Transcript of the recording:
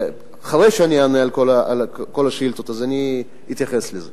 אחרי שאני אענה על כל השאילתות אני אתייחס לזה.